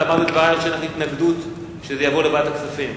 את אמרת בדברייך שיש לך התנגדות לכך שזה יעבור לוועדת הכספים.